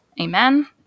Amen